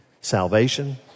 salvation